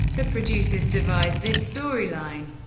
the producers devised this storyline,